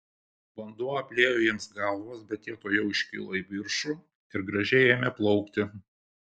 vanduo apliejo jiems galvas bet jie tuojau iškilo į viršų ir gražiai ėmė plaukti